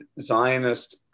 Zionist